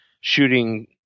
shooting